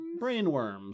Brainworms